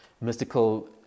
Mystical